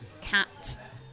cat